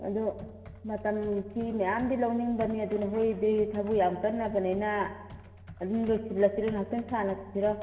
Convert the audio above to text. ꯑꯗꯣ ꯃꯇꯝꯁꯤ ꯃꯌꯥꯝꯗꯤ ꯂꯧꯅꯤꯡꯕꯅꯦ ꯑꯗꯨ ꯅꯈꯣꯏꯗꯤ ꯊꯕꯛ ꯌꯥꯝ ꯀꯟꯅꯕꯅꯤꯅ ꯑꯗꯨꯝ ꯂꯣꯏꯁꯜꯂꯁꯤꯔꯣ ꯉꯍꯥꯛꯇꯪ ꯁꯥꯟꯅꯈꯤꯁꯤꯔꯣ